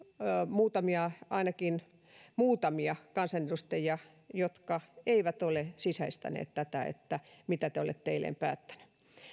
ainakin muutamia kansanedustajia jotka eivät ole sisäistäneet tätä mitä te olette eilen päättäneet